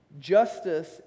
Justice